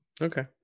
Okay